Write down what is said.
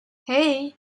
hey